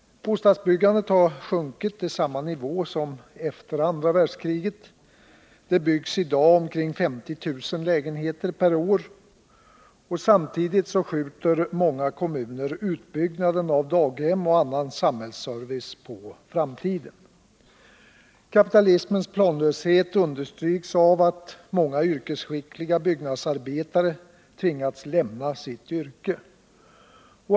Bostadsbyggandet har sjunkit till samma nivå som efter andra världskriget — det byggs i dag omkring 50 000 lägenheter per år. Samtidigt skjuter många kommuner utbyggnaden av daghem och annan samhällsservice på framtiden. Kapitalismens planlöshet understryks av att många yrkesskickliga byggnadsarbetare har tvingats lämna sitt yrke.